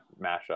mashup